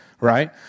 right